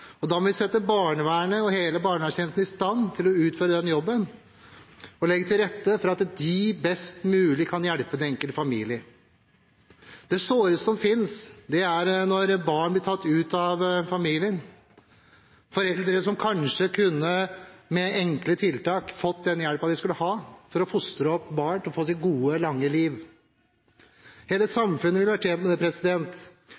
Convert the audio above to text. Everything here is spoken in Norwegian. Og da må vi sette barnevernet og hele barnevernstjenesten i stand til å utføre den jobben og legge til rette for at de best mulig kan hjelpe den enkelte familie. Det såreste som finnes, er når barn blir tatt ut av familien, fra foreldre som kanskje med enkle tiltak kunne fått den hjelpen de skulle hatt for å fostre opp barn til å få gode, lange liv. Hele